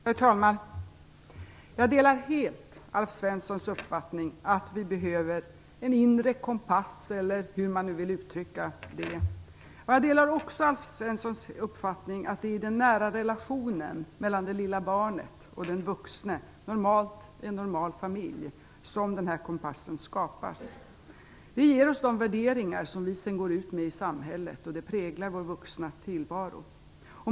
Herr talman! Jag delar helt Alf Svenssons uppfattning att vi behöver en inre kompass, eller hur man nu vill uttrycka detta. Jag delar också Alf Svenssons uppfattning att det är i den nära relationen mellan det lilla barnet och den vuxne i en normal familj som den här kompassen skapas. Det ger oss de värderingar som vi sedan går ut med i samhället, och det präglar vår vuxna tillvaro.